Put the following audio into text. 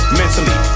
mentally